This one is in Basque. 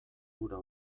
hura